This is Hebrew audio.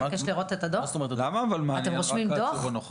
אתם רושמים דוח?